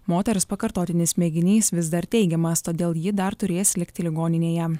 moters pakartotinis mėginys vis dar teigiamas todėl ji dar turės likti ligoninėje